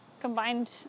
combined